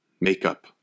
makeup